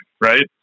right